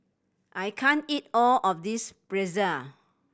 I can't eat all of this Pretzel